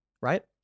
right